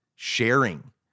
sharing